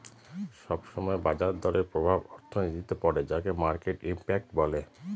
সব সময় বাজার দরের প্রভাব অর্থনীতিতে পড়ে যাকে মার্কেট ইমপ্যাক্ট বলে